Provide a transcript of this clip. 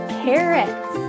carrots